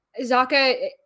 Zaka